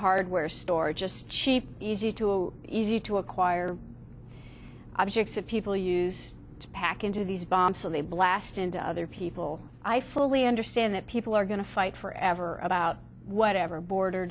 hardware store just cheap easy to easy to acquire objects that people use to pack into these bombs so they blast into other people i fully understand that people are going to fight forever about whatever border